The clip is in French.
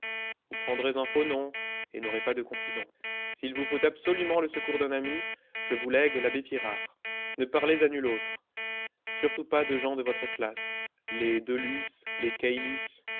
vous prendrez un faux nom et n'aurez pas de confident sil vous faut absolument le secours d'un ami je vous lègue l'abbé pirard ne parlez à nul autre surtout pas de gens de votre classe les de luz les